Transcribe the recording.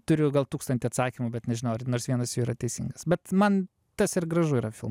turiu gal tūkstantį atsakymų bet nežinau ar nors vienas jų yra teisingas bet man tas ir gražu yra filmo